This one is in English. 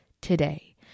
today